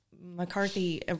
McCarthy